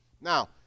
now